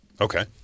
Okay